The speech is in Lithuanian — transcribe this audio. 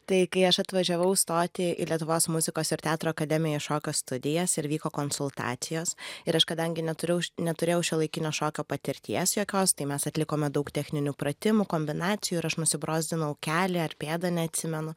tai kai aš atvažiavau stoti į lietuvos muzikos ir teatro akademiją į šokio studijas ir vyko konsultacijos ir aš kadangi neturėjau neturėjau šiuolaikinio šokio patirties jokios tai mes atlikome daug techninių pratimų kombinacijų ir aš nusibrozdinau kelį ar pėdą neatsimenu